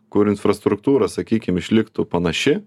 kur infrastruktūra sakykim išliktų panaši